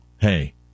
hey